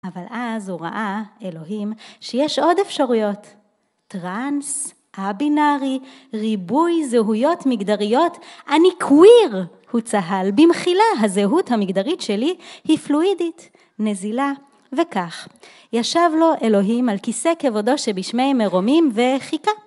אבל אז הוא ראה, אלוהים, שיש עוד אפשרויות, טרנס, א-בינארי, ריבוי זהויות מגדריות, אני קוויר, הוא צהל, במחילה, הזהות המגדרית שלי היא פלואידית, נזילה. וכך ישב לו, אלוהים, על כיסא כבודו שבשמי מרומים וחיכה.